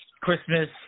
Christmas